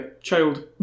child